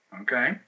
Okay